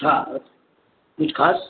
हा कुझु ख़ासि